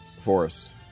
forest